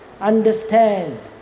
understand